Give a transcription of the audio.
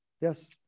yes